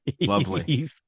Lovely